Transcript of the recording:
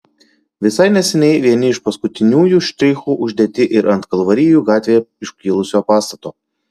visai neseniai vieni iš paskutiniųjų štrichų uždėti ir ant kalvarijų gatvėje iškilusio pastato